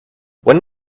when